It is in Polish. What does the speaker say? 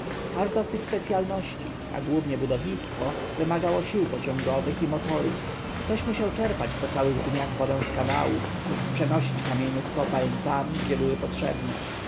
każda z tych specjalności a głównie budownictwo wymagało sił pociągowych i motorów ktoś musiał czerpać po całych dniach wodę z kanałów lub przenosić kamienie z kopalń tam gdzie były potrzebne